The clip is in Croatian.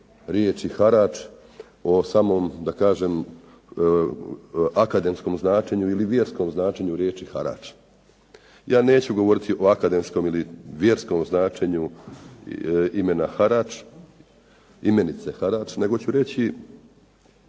riječi harač, o samom akademskom značenju ili vjerskom značenju riječi harač. Ja neću govoriti o akademskom ili vjerskom značenju imenice harač nego ću reći